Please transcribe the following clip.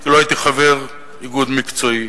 כי לא הייתי חבר איגוד מקצועי.